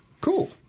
Cool